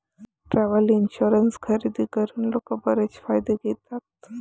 travel insurance खरेदी करून लोक बरेच फायदे घेतात